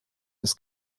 des